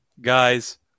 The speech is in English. Guys